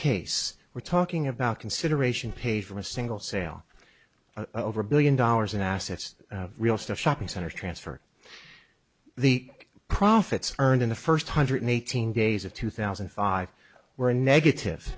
case we're talking about consideration pay for a single sale over a billion dollars in assets real stuff shopping center transfer the profits earned in the first hundred eighteen days of two thousand and five were negative